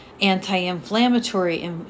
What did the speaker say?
anti-inflammatory